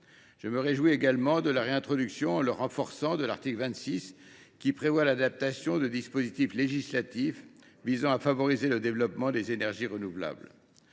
Je me réjouis également de la réintroduction, dans une version renforcée, de l’article 26, qui adapte les dispositifs législatifs visant à favoriser le développement des énergies renouvelables.